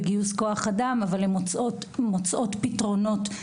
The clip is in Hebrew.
כולו יוכשר וכולו יפעל כמקשה אחת,